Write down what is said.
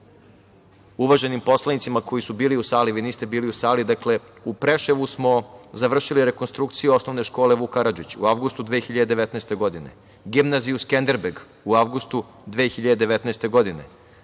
uvaženim poslanicima koji su bili u sali, vi niste bili u sali, dakle, u Preševu smo završili rekonstrukciju osnovne škole „Vuk Karadžić“ u avgustu 2019. godine, gimnaziju „Skenderbeg“ u avgustu 2019. godine.